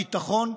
הביטחון,